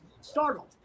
startled